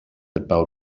about